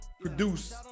produce